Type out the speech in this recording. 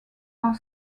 are